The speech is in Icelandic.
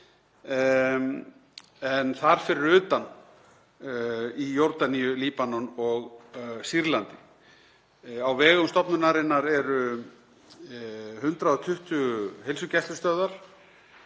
en þar fyrir utan í Jórdaníu, Líbanon og Sýrlandi. Á vegum stofnunarinnar eru 120 heilsugæslustöðvar